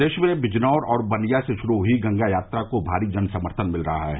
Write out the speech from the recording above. प्रदेश में बिजनौर और बलिया से शुरू हुई गंगा यात्रा को भारी जन समर्थन मिल रहा है